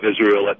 Israel